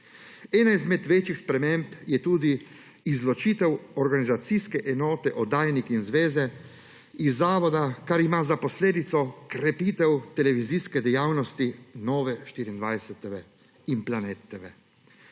Ena izmed večjih sprememb je tudi izločitev organizacijske enote Oddajnik in zveze iz zavoda, kar ima za posledico krepitev televizijske dejavnosti Nove24TV in Planeta TV.